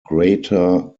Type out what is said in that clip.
greater